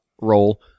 role